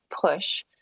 push